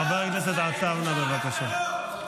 חבר הכנסת עטאונה, בבקשה.